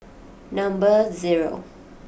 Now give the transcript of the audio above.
number zero